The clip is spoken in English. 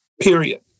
period